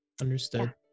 Understood